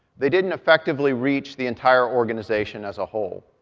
they didn't effectively reach the entire organization as a whole.